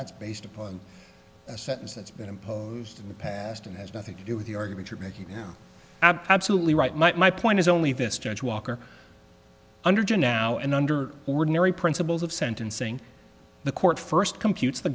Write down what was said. that's based upon a sentence that's been imposed in the past and has nothing to do with the argument you're making absolutely right my point is only this judge walker under genoud and under ordinary principles of sentencing the court first computes the